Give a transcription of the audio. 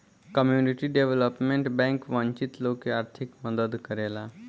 community development bank वंचित लोग के आर्थिक मदद करेला